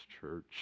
church